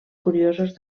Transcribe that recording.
curiosos